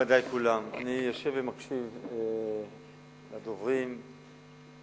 מכובדי כולם, אני יושב ומקשיב לדוברים ולנושא